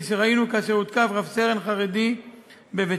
כפי שראינו כאשר הותקף רב-סרן חרדי בבית-שמש